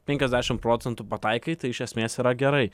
penkiasdešim procentų pataikai tai iš esmės yra gerai